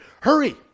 hurry